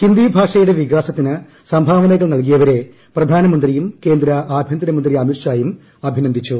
ഹിന്ദി ഭാഷയുടെ വികാസത്തിന് സംഭാവ്ദ്ധനകൾ നൽകിയവരെ പ്രധാനമന്ത്രിയും കേന്ദ്ര ആഭ്യന്തരമണ്ണി അമിത്ഷായും അഭിനന്ദിച്ചു